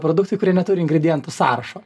produktai kurie neturi ingredientų sąrašo